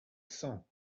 cents